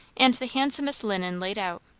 and the handsomest linen laid out,